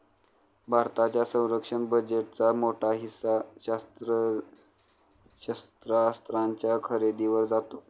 भारताच्या संरक्षण बजेटचा मोठा हिस्सा शस्त्रास्त्रांच्या खरेदीवर जातो